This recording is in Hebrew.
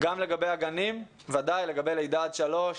גם לגבי הגנים, ודאי לגבי לידה עד שלוש,